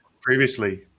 previously